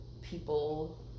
people